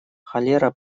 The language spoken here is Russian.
холера